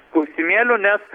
klausimėlių nes